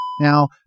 Now